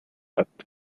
arte